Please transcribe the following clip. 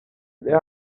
there